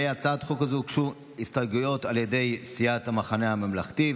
להצעת החוק הזו הוגשו הסתייגויות על ידי סיעת המחנה הממלכתי,